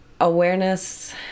Awareness